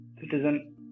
citizen